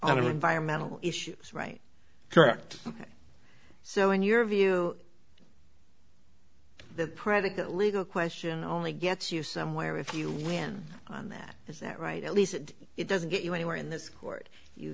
of environmental issues right correct so in your view the predicate legal question only gets you somewhere if you win on that is that right at least it doesn't get you anywhere in this court you